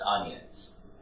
onions